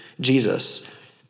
Jesus